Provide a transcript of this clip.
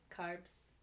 carbs